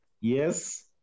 Yes